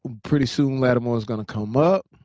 pretty soon latimore is gonna come up.